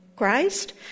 Christ